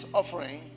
offering